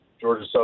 Georgia